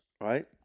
right